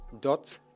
dot